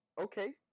Okay